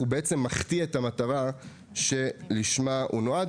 הוא בעצם מחטיא את המטרה שלשמה הוא נועד